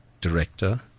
director